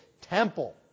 temple